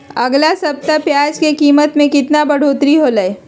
अगला सप्ताह प्याज के कीमत में कितना बढ़ोतरी होलाय?